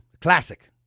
Classic